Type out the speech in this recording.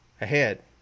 ahead